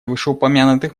вышеупомянутых